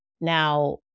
Now